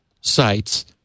sites